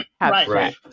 Right